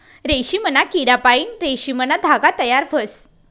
रेशीमना किडापाईन रेशीमना धागा तयार व्हस